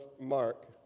Mark